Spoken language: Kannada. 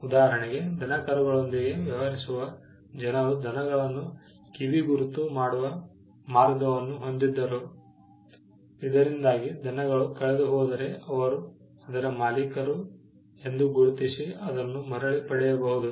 ಉದಾಹರಣೆಗೆ ದನಕರುಗಳೊಂದಿಗೆ ವ್ಯವಹರಿಸುವ ಜನರು ದನಗಳನ್ನು ಕಿವಿಗುರುತು ಮಾಡುವ ಮಾರ್ಗವನ್ನು ಹೊಂದಿದ್ದರು ಇದರಿಂದಾಗಿ ದನಗಳು ಕಳೆದುಹೋದರೆ ಅವರು ಅದರ ಮಾಲೀಕರು ಎಂದು ಗುರುತಿಸಿ ಅದನ್ನು ಮರಳಿ ಪಡೆಯಬಹುದು